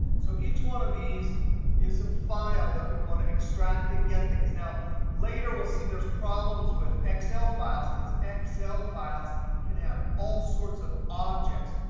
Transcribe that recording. so each one of these is a file that we want to extract and get things. now later, we'll see there's problems with excel files, because excel files can have all sorts of objects.